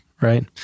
right